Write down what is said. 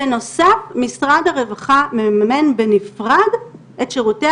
בנוסף משרד הרווחה מממן בנפרד את שירותי